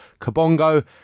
kabongo